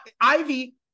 Ivy